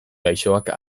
gaixoak